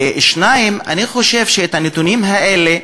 אני חושב שאת הנתונים האלה,